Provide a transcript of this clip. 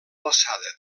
alçada